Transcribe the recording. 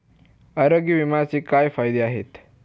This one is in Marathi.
आरोग्य विम्याचे काय फायदे आहेत?